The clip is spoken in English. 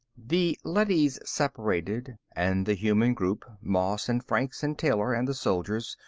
the leadys separated, and the human group, moss and franks and taylor and the soldiers,